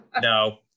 no